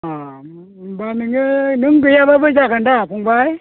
अ होनबा नोङो नों गैयाबाबो जागोन दा फंबाइ